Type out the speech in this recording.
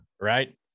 right